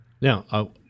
Now